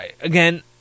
Again